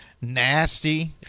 nasty